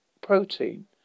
protein